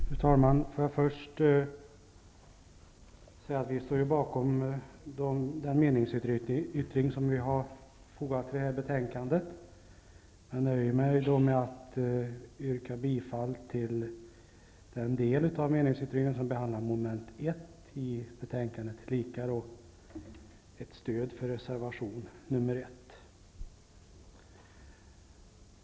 Fru talman! Först vill jag säga att vi i vänsterpartiet står bakom den meningsyttring av mig som är fogad till detta betänkande. Jag nöjer mig med att yrka bifall till den del av meningsyttringen som gäller mom. 1, och det innebär tillika ett stöd för reservation nr 1.